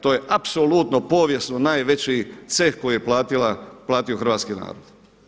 To je apsolutno povijesno najveći ceh koji je platio hrvatski narod.